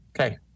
okay